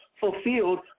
fulfilled